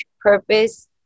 purpose